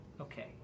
Okay